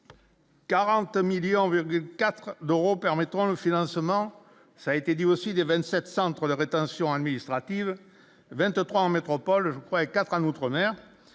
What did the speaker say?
41 millions virgule 4 euros permettront le financement ça a été dit aussi des 27 centres la rétention administrative 23 en métropole et 4 en outre-mer,